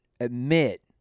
admit